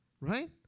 Right